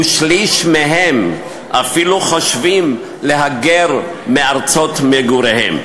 ושליש מהם אפילו חושבים להגר מארצות מגוריהם.